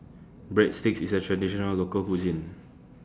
Breadsticks IS A Traditional Local Cuisine